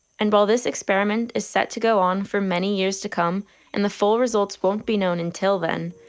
and while this experiment is set to go on for many years to come and the full results won't be known until then,